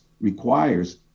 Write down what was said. requires